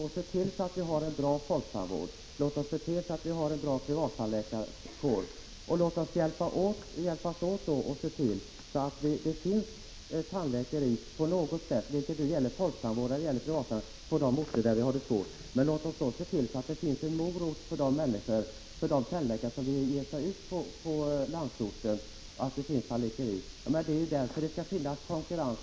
Herr talman! Vi vet alltså precis hur detta skall fungera. Låt oss då se till att det finns en bra folktandvård. Låt oss se till att det finns bra privattandläkare. Vi måste också gemensamt se till att det finns tandläkare — både inom folktandvården och inom den privata tandvården — på de orter där svårigheter råder. Samtidigt måste vi se till att de tandläkare som vill ge sig ut till landsorten får en ”morot”, så att vi får ett tandläkeri även där. Det skall finnas konkurrens.